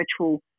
virtual